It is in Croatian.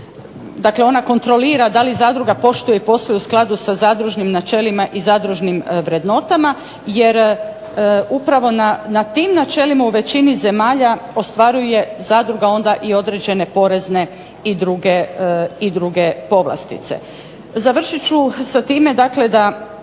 dakle ona kontrolira da li zadruga poštuje i posluje u skladu sa zadružnim načelima i zadružnim vrednotama jer upravo na tim načelima u većini zemalja ostvaruje zadruga onda i određene porezne i druge povlastice. Završit ću sa time dakle da